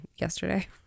yesterday